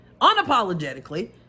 unapologetically